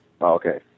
okay